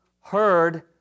heard